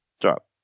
Drop